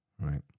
right